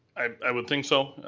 i would think so,